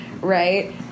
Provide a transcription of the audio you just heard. right